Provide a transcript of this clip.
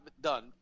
done